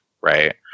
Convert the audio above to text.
right